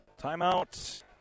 Timeout